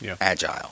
agile